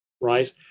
right